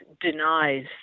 denies